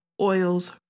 oils